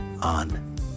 on